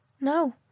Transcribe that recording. No